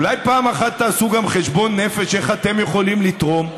אולי פעם אחת תעשו גם חשבון נפש איך אתם יכולים לתרום.